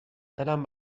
دلم